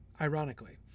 Ironically